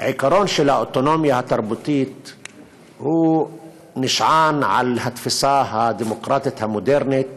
העיקרון של האוטונומיה התרבותית נשען על התפיסה הדמוקרטית המודרנית